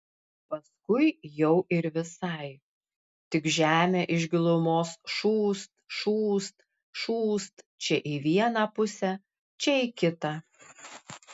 paskui jau ir visai tik žemė iš gilumos šūst šūst šūst čia į vieną pusę čia į kitą